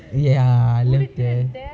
ya left uh